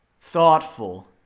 thoughtful